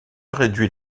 réduit